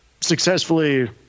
successfully